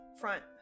front